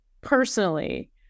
personally